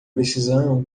precisão